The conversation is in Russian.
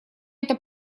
это